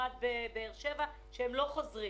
למשל בבאר שבע, שהם לא חוזרים.